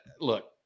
look